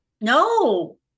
No